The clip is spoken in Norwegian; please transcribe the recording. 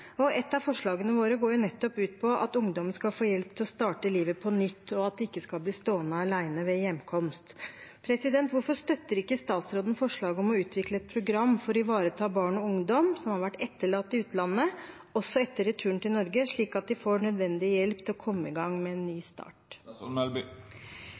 Et av forslagene våre går nettopp ut på at ungdommene skal få hjelp til å starte livet på nytt, og at de ikke skal bli stående alene ved hjemkomst. Hvorfor støtter ikke statsråden forslaget om å utvikle et program for å ivareta barn og ungdom som har vært etterlatt i utlandet, også etter retur til Norge, slik at de får nødvendig hjelp til å komme i gang med en